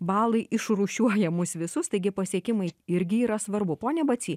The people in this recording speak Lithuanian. balai išrūšiuoja mus visus taigi pasiekimai irgi yra svarbu pone bacy